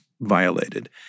violated